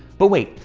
but wait.